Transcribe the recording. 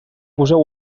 poseu